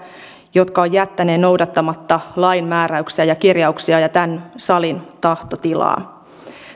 jotka ovat jättäneet noudattamatta lain määräyksiä ja kirjauksia ja tämän salin tahtotilaa